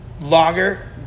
lager